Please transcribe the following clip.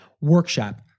workshop